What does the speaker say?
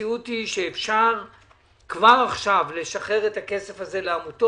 המציאות היא שאפשר כבר עכשיו לשחרר את הכסף הזה לעמותות.